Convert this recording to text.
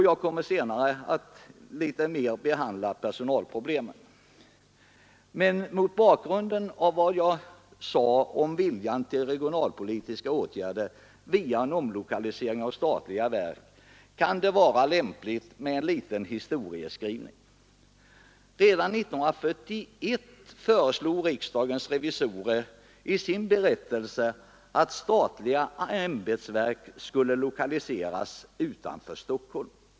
Jag kommer senare att utförligare behandla personalproblemen. Mot bakgrunden av vad jag sade om viljan till regionalpolitiska åtgärder via en omlokalisering av statliga verk kan det kanske vara lämpligt med en liten historieskrivning. Redan 1941 föreslog riksdagens revisorer i sin berättelse att statliga ämbetsverk skulle lokaliseras utanför Stockholm.